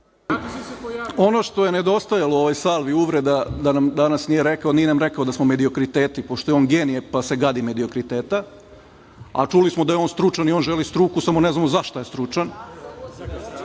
Ono što je nedostajalo u ovoj salvi uvreda da nam danas nije rekao, nije nam rekao da smo mediokriteti, pošto je on genije, pa se gadi mediokriteta, a čuli smo da je on stručan i on želi struku, samo ne znamo za šta je stručan,